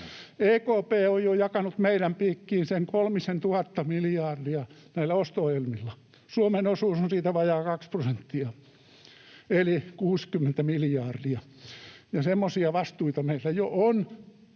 EKP on jo jakanut meidän piikkiin sen kolmisentuhatta miljardia näillä osto-ohjelmilla. Suomen osuus on siitä vajaa kaksi prosenttia eli 60 miljardia. Semmoisia vastuita meillä jo on